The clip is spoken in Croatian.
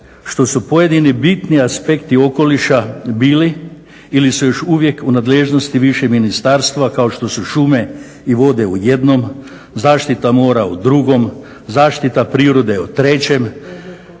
što su pojedini bitni aspekti okoliša bili ili su još uvijek u nadležnosti višeg ministarstva kao što su šume i vode u jednom, zaštita mora u drugom, zaštita prirode u trećem,